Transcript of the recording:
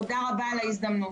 תודה רבה על ההזדמנות.